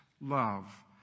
love